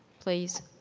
please.